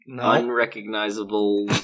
Unrecognizable